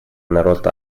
народ